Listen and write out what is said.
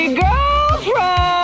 girlfriend